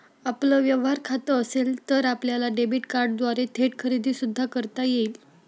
आपलं व्यवहार खातं असेल तर आपल्याला डेबिट कार्डद्वारे थेट खरेदी सुद्धा करता येईल